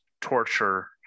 torture